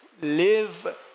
live